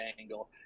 angle